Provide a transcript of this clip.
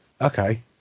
Okay